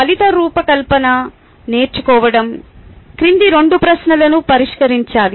ఫలిత రూపకల్పన నేర్చుకోవడం క్రింది 2 ప్రశ్నలను పరిష్కరించాలి